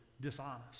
dishonest